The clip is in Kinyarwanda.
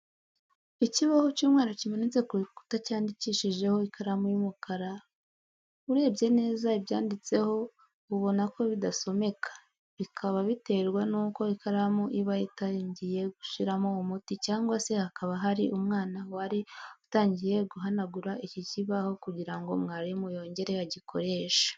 Ikibaho cy'umweru kimanitse ku rukuta cyandikishijeho ikaramu y'umukara . Urebye neza ibyanditseho ubona ko bidasomeka, bikaba biterwa nuko ikaramu iba itangiye gushiramo umuti cyangwa se hakaba hari umwana wari utangiye guhanagura iki kibaho kugira ngo mwarimu yongere agikoreshe.